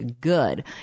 good